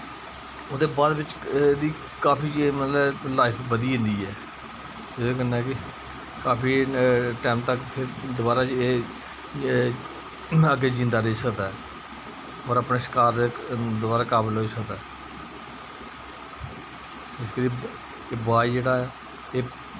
ओह्दे बाद एह्दी काफी मतलब लाइफ बधी जंदी ऐ एहदे कन्नै कि काफी टैम तक एह् दबारा एह् अग्गें जींदा रेही सकदा ऐ होर अपने शकार दे दबारा काबिल होई सकदा ऐ इस करियै बाज़ जेह्ड़ा ऐ एह्